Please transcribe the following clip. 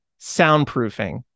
soundproofing